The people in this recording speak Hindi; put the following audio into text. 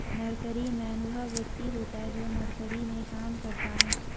नर्सरीमैन वह व्यक्ति होता है जो नर्सरी में काम करता है